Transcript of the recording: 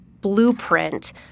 blueprint